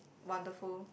wonderful